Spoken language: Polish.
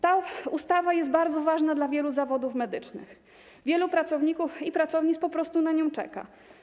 Ta ustawa jest bardzo ważna dla wielu zawodów medycznych, wielu pracowników i pracownic po prostu na nią czeka.